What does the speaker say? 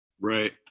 Right